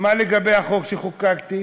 מה לגבי החוק שחוקקתי?